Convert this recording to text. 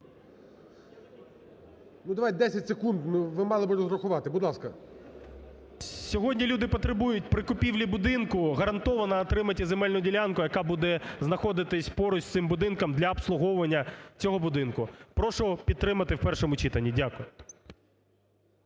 Ну давайте, 10 секунд. Ну, ви мали би розрахувати. Будь ласка. 16:48:24 ІВЧЕНКО В.Є. Сьогодні люди потребують при купівлі будинку гарантовано отримати і земельну ділянку, яка буде знаходитися поруч із цим будинком для обслуговування цього будинку. Прошу підтримати в першому читанні. Дякую.